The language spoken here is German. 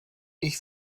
ich